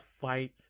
fight